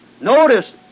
Notice